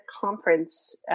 conference